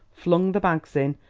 flung the bags in,